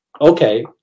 Okay